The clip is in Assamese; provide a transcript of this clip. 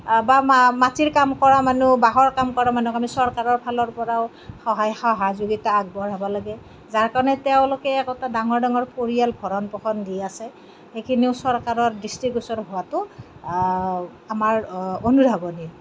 বা মাটিৰ কাম কৰা মানুহ বাঁহৰ কাম কৰা মানুহক আমি চৰকাৰৰ ফালৰ পৰাও সহায় সহযোগিতা আগবঢ়াব লাগে যাৰ কাৰণে তেওঁলোকে একোটা ডাঙৰ ডাঙৰ পৰিয়াল ভৰণ পোষণ দি আছে সেইখিনিও চৰকাৰৰ দৃষ্টিগোচৰ হোৱাটো আমাৰ অনুধাৱনী